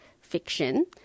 fiction